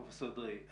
אדרעי,